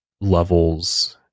levels